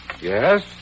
Yes